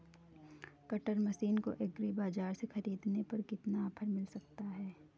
Cutter machine को agri बाजार से ख़रीदने पर कितना ऑफर मिल सकता है?